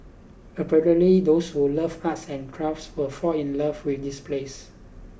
apparently those who love arts and crafts will fall in love with this place